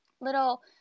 little